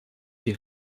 die